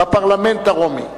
בפרלמנט הרומי.